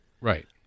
Right